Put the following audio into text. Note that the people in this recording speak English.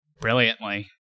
brilliantly